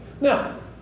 Now